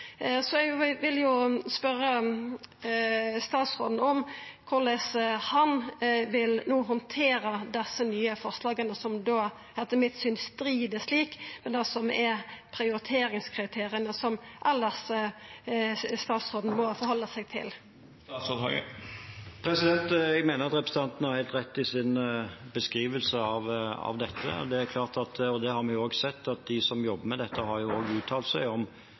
vil spørja statsråden om korleis han no vil handtera desse nye forslaga, som, etter mitt syn, strider mot dei prioriteringskriteria som statsråden elles må halda seg til. Jeg mener representanten har helt rett i sin beskrivelse av dette. Vi har også sett at de som jobber med det, har uttalt seg. En kan i Stortinget veldig fort tenke at når en snakker om ressurser, handler det om penger, men det som